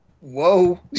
whoa